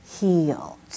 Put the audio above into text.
healed